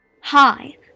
Hi